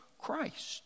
Christ